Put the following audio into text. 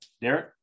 Derek